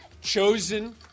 chosen